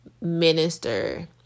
minister